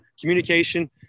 communication